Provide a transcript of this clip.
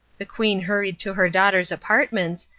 the queen hurried to her daughter's apartments,